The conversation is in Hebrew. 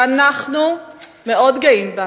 שאנחנו מאוד גאים בה.